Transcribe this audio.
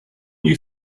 you